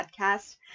podcast